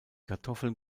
kartoffeln